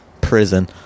prison